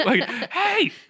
hey